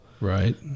Right